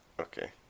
Okay